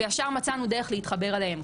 וישר מצאנו דרך להתחבר אליהם,